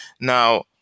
Now